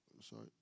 Sorry